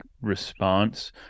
response